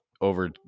over